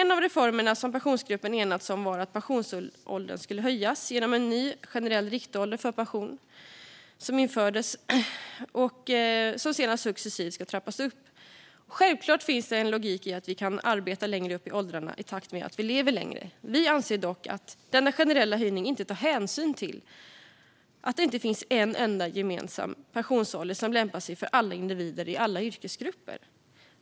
En av de reformer som Pensionsgruppen enats om var att pensionsåldern skulle höjas genom en ny generell riktålder för pension som införs och sedan successivt trappas upp. Självklart finns det en logik i att vi kan arbeta längre upp i åldrarna i takt med att vi lever längre. Vi anser dock att denna generella höjning inte tar hänsyn till att det inte finns en enda gemensam pensionsålder som lämpar sig för alla individer i alla yrkesgrupper.